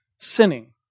sinning